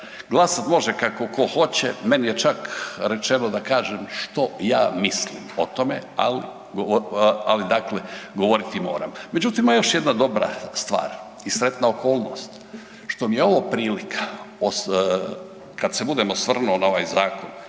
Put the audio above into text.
glasat može kako ko hoće, meni je čak rečeno da kažem što ja mislim o tome, ali, ali dakle govoriti moram. Međutim, ima još jedna dobra stvar i sretna okolnost što mi je ovo prilika, kad se budem osvrnuo na ovaj zakon,